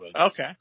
Okay